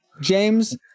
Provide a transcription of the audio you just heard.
James